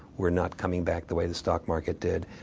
we're not coming back the way the stock market did.